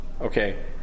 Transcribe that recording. Okay